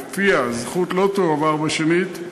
שלפיה הזכות לא תועבר בשנית,